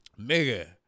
Nigga